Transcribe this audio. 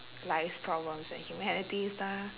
life's problems and humanities stuff